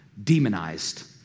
demonized